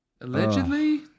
Allegedly